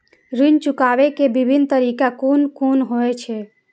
ऋण चुकाबे के विभिन्न तरीका कुन कुन होय छे?